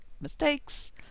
mistakes